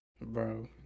bro